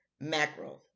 mackerel